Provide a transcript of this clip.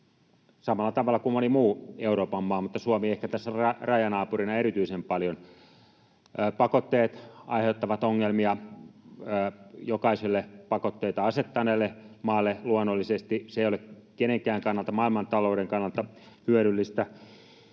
samalla tavalla moni muu Euroopan maa, mutta Suomi ehkä tässä rajanaapurina erityisen paljon. Pakotteet aiheuttavat ongelmia jokaiselle pakotteita asettaneelle maalle luonnollisesti, se ei ole kenenkään kannalta, maailmantalouden kannalta, hyödyllistä